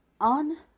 on